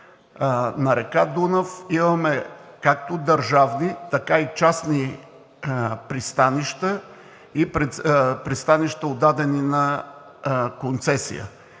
На река Дунав имаме както държавни, така и частни пристанища, и пристанища, отдадени на концесия.